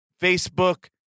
Facebook